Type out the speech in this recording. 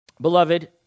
beloved